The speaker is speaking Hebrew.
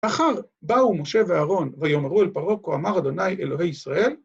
‫אחר באו משה ואהרן ויאמרו לפרעה כה ‫אמר ה' אלוהי ישראל